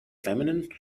feminine